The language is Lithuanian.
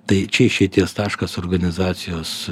tai čia išeities taškas organizacijos